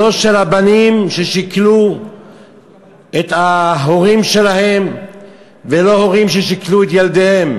לא של הבנים ששכלו את ההורים שלהם ולא של הורים ששכלו את ילדיהם.